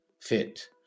fit